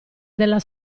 della